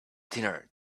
dinner